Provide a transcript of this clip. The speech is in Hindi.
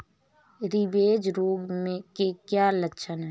रेबीज रोग के क्या लक्षण है?